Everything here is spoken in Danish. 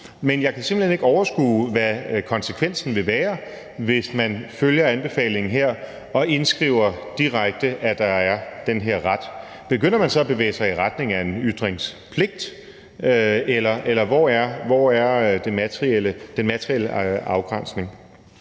Men jeg kan simpelt hen ikke overskue, hvad konsekvensen vil være, hvis man følger anbefalingen her og direkte indskriver, at der er den her ret. Begynder man så at bevæge sig i retning af en ytringspligt? Eller hvor er den materielle afgrænsning?